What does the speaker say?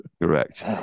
Correct